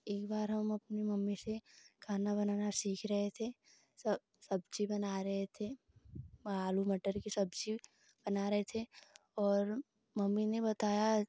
एक बार हम अपनी मम्मी से खाना बनाना सीख रहे थे सब सब्जी बना रहे थे वहाँ आलू मटर कि सब्जी बना रहे थे और मम्मी ने बताया